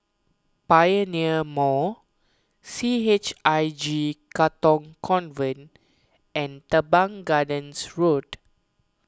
Pioneer Mall C H I J Katong Convent and Teban Gardens Road